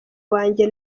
wanjye